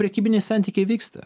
prekybiniai santykiai vyksta